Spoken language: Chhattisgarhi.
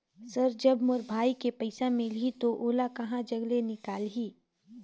सर जब मोर भाई के पइसा मिलही तो ओला कहा जग ले निकालिही?